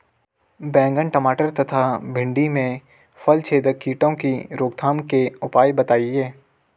बैंगन टमाटर तथा भिन्डी में फलछेदक कीटों की रोकथाम के उपाय बताइए?